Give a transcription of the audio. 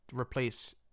replace